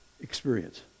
experience